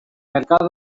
mercado